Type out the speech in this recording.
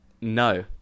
No